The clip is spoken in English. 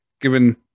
given